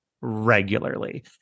regularly